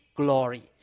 glory